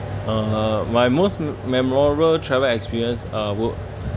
uh my most memorable travel experience uh would